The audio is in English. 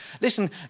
Listen